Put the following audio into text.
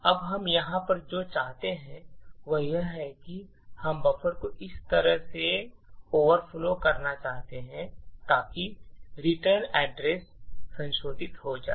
अब हम यहाँ पर जो चाहते हैं वह यह है कि हम बफर को इस तरह से ओवरफ्लो करना चाहते हैं ताकि रिटर्न एड्रेस संशोधित हो जाए